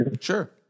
Sure